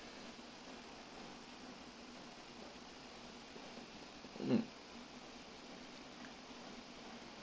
mm